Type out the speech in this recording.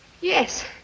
Yes